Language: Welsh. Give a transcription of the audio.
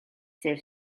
sef